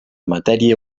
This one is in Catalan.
matèria